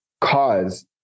cause